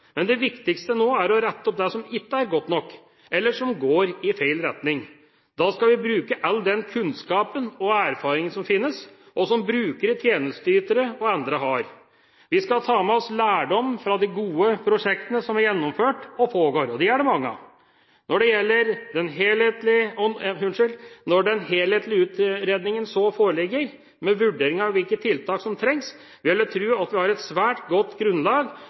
men det viktigste nå er å rette opp det som ikke er godt nok, eller som går i feil retning. Da skal vi bruke all den kunnskapen og erfaringen som finnes, og som brukere, tjenesteytere og andre har. Vi skal ta med oss lærdom fra de gode prosjektene som er gjennomført, og som pågår, og dem er det mange av. Når den helhetlige utredningen så foreligger, med vurdering av hvilke tiltak som trengs, vil jeg tro at vi har et svært godt grunnlag